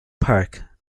park